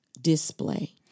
display